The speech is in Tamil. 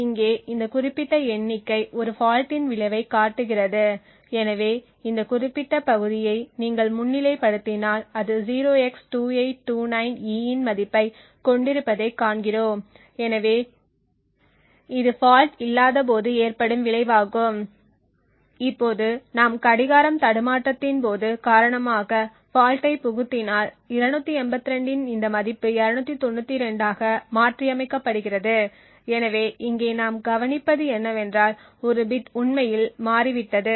இங்கே இந்த குறிப்பிட்ட எண்ணிக்கை ஒரு ஃபால்ட் இன் விளைவைக் காட்டுகிறது எனவே இந்த குறிப்பிட்ட பகுதியை நீங்கள் முன்னிலைப்படுத்தினால் அது 0x2829E இன் மதிப்பைக் கொண்டிருப்பதைக் காண்கிறோம் எனவே இது ஃபால்ட் இல்லாதபோது ஏற்படும் விளைவாகும் இப்போது நாம் கடிகாரம் தடுமாற்றத்தின் காரணமாக ஃபால்ட்டை புகுத்தினால் 282 இன் இந்த மதிப்பு 292 ஆக மாற்றியமைக்கப்படுகிறது எனவே இங்கே நாம் கவனிப்பது என்னவென்றால் ஒரு பிட் உண்மையில் மாறிவிட்டது